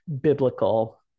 biblical